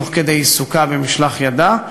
תוך כדי עיסוקה במשלח ידה,